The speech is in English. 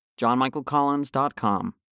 johnmichaelcollins.com